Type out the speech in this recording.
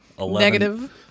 negative